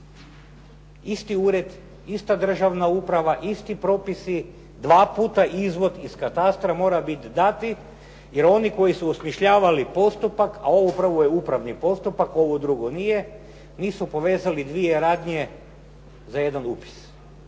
Isti ured, ista državna uprava, isti propisi, dva puta izvod iz katastra da bi jer oni koji su osmišljavali postupak a ovo upravo je upravni postupak ovo drugo nije, nisu povezali dvije radnje za jedan upis.